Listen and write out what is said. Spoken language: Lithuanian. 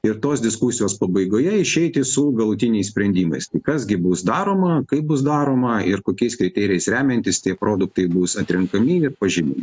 ir tos diskusijos pabaigoje išeiti su galutiniais sprendimais tai kas gi bus daroma kaip bus daroma ir kokiais kriterijais remiantis tie produktai bus atrenkami ir pažymimi